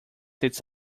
its